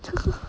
这个